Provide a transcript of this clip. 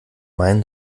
main